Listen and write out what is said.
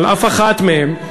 על אף אחת מהן.